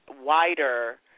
wider